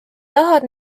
tahad